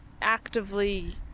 actively